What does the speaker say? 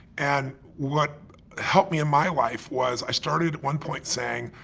and what helped me in my life was i started at one point saying,